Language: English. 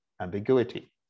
ambiguity